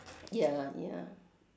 ya ah ya